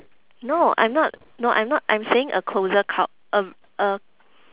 no I'm not no I'm not I'm saying a closer cult~ a a